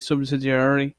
subsidiary